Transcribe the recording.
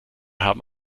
haben